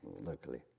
locally